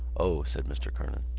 o, said mr. kernan.